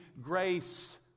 grace